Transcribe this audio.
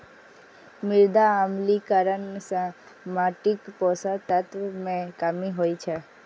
मृदा अम्लीकरण सं माटिक पोषक तत्व मे कमी होइ छै